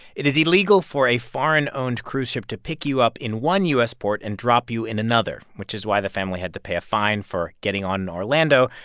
it is illegal for a foreign-owned cruise ship to pick you up in one u s. port and drop you in another, which is why the family had to pay a fine for getting on in orlando.